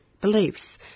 beliefs